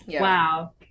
Wow